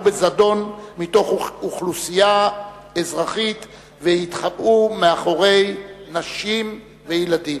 בזדון מתוך אוכלוסייה אזרחית והתחבאו מאחורי נשים וילדים.